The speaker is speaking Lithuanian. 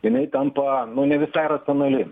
jinai tampa nu ne visai racionali